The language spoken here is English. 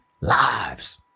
lives